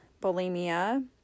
bulimia